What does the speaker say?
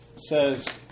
Says